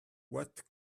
what